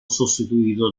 sostituito